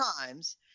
times